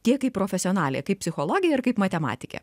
tiek kaip profesionalė kaip psichologė ir kaip matematikė